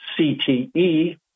CTE